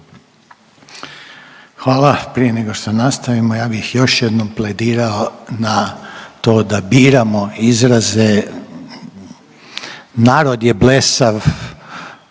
Hvala. Prije nego što nastavimo, ja bih još jedanput pledirao na to da biramo izraze, narod je blesav,